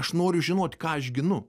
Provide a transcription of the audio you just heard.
aš noriu žinoti ką aš ginu